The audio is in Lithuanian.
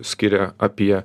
skiria apie